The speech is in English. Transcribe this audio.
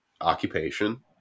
occupation